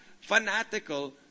fanatical